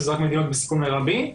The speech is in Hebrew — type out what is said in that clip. שזה רק מדינות בסיכון מרבי,